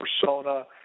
persona